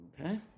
Okay